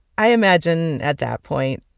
i imagine at that point,